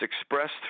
expressed